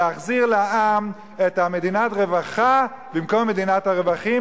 להחזיר לעם מדינת רווחה במקום מדינת הרווחים,